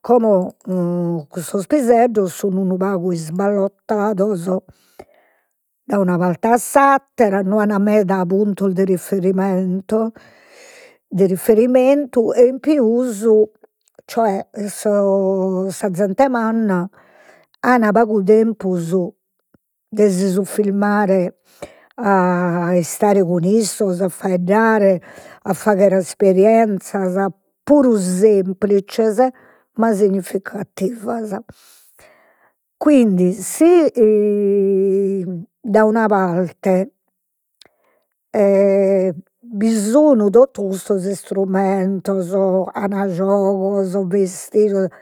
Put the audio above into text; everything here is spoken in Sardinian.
Como cussos piseddos sun unu pagu isballottados dai una parte a s'attera, no an meda puntos de riferimento de riferimentu' e in pius cioè in sos sa zente manna an pagu tempus de si suffirmare a istare cun issos a faeddare, a fagher esperienzias puru semplizes, ma significativas. Quindi si da una parte bi sun totu custos istrumentos, an giogos